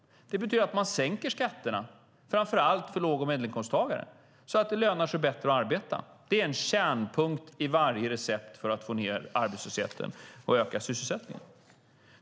Det betyder att man sänker skatterna, framför allt för låg och medelinkomsttagare, så att det lönar sig bättre att arbeta. Det är en kärningrediens i varje recept för att få ned arbetslösheten och öka sysselsättningen.